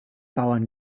bauern